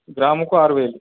గ్రాముకు ఆరు వేలు